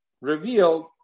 revealed